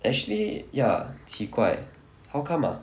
actually ya 奇怪 how come ah